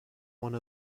one